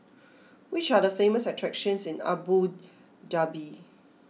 which are the famous attractions in Abu Dhabi